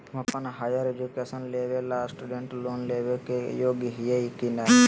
हम अप्पन higher education लेबे ला स्टूडेंट लोन लेबे के योग्य हियै की नय?